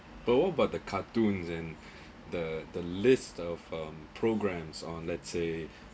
but what about the cartoons and the the list of um programmes on let's say